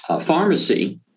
pharmacy